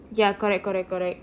ya correct correct correct